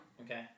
Okay